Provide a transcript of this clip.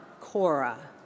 Cora